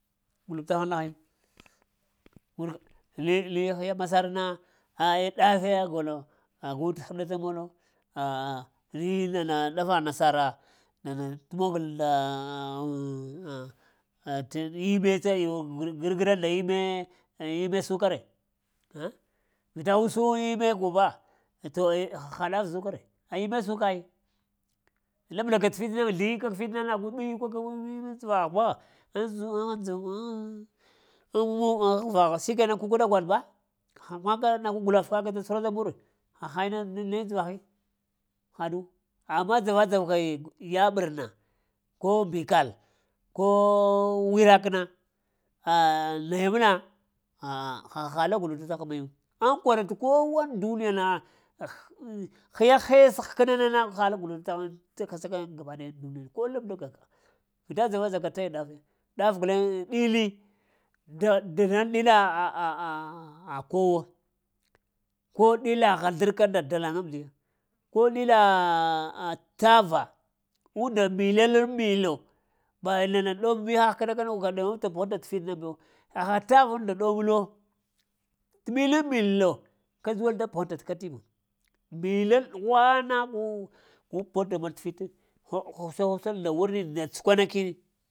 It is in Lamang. Glub təghŋ lahayu, wurka, naye hiya masarna, ai ɗafiya golo agu tə həɗata molo ah li-nana dafa-dafa nasara nana təmogol tə imma tayo gəv-gara nda imme, aya imme suka ree? Ah vita ussa imme golba, to ai ha ɗaf zuka ree? Ai imme suka ai lablaka't fitna zlii kəg fitna nagu ɓiwu-kəg imm aŋ təvagh buwa, uvaha shikena kuke ɗa gwaɗ ba, amma kana gu kəna guɗuf kək da tsuhurata buree, haha ne aŋ dzəvaghi? Haɗu, amma dzawa-dzaka yaɓər na ko mbikal ko wirakna, ha naya məna la gluta təghaŋ mayu, aŋ kwara tə kowa aŋ duniyana, ah, hiya hesa həkna nana ha la gluta təghŋ tsaka-tsaka gaba daya aŋ duniyu, ko lab daga ka vita dzava-dzaka taya ɗaf'ya, daf guleŋe ɗili dagh danal ɗila kowo ko dila ghazlərka nda dalən amədiya ko ɗila tava un-nda milalo an milo ba nana ɗom mihah kəɗakana wuka ɗamata pəghata tə fitna bu, haha tavuŋ nda ɗow-lo tə milaŋ-milo kadzuwal nda poghənta tə kativiŋ milal ɗughwana gul pughata mol tə fit, hwa-husa-hwahisal nda wurnin nda tskwanakini,